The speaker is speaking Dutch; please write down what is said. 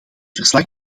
verslag